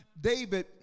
David